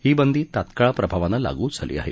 ही बंदी तात्काळ प्रभावानं लागू झाली आहे